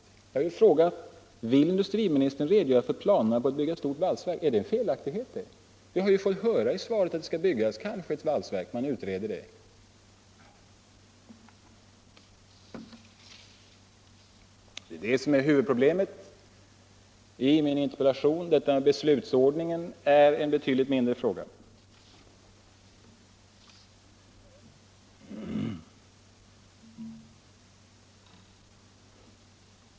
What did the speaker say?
Jag har ju frågat: Vill industriminister redogöra för planerna på att bygga ett stort valsverk? Är det en felaktighet? Vi har ju fått höra i svaret att man utreder frågan om byggande av ett valsverk. Det är detta som är huvudproblemet i min interpellation. Beslutsordningen är en betydligt mindre fråga.